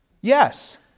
Yes